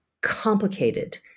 complicated